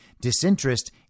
Disinterest